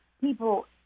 people